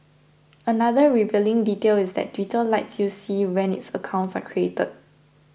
another revealing detail is that Twitter lets you see when its accounts are created